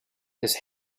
his